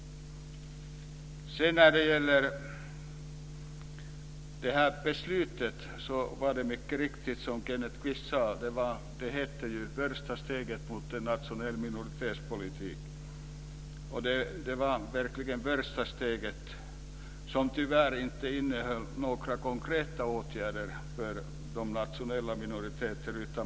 Det beslut vilket, som Kenneth Kvist mycket riktigt sade, kallas första steget mot en nationell minoritetspolitik var verkligen ett första steg, som tyvärr inte innehöll några konkreta åtgärder för de nationella minoriteterna.